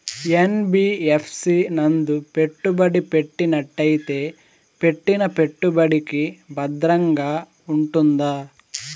NBFC నందు పెట్టుబడి పెట్టినట్టయితే పెట్టిన పెట్టుబడికి భద్రంగా ఉంటుందా?